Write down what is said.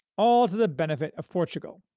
all to the benefit of portugal.